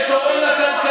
לא ניתן לכם לפגוע בהם.